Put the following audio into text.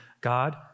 God